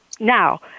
Now